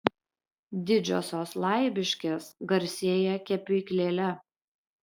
didžiosios laibiškės garsėja kepyklėle